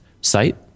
site